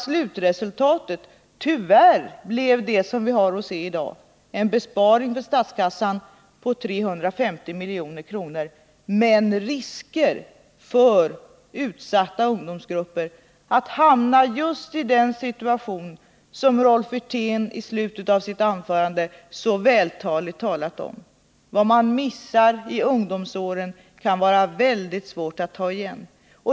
Slutresultatet blev tyvärr det som vi i dag kan se: en besparing för statskassan på 350 milj.kr. men med åtföljande risker för utsatta ungdomsgrupper att hamna just i den situation som Rolf Wirtén i slutet av sitt anförande så vältaligt beskrev. Han sade att vad man missar i ungdomsåren kan vara väldigt svårt att ta igen.